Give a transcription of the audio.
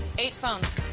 eight phones.